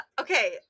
Okay